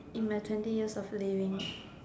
in my twenty years of living